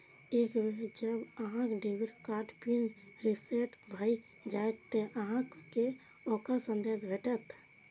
एक बेर जब अहांक डेबिट कार्ड पिन रीसेट भए जाएत, ते अहांक कें ओकर संदेश भेटत